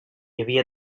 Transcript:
havia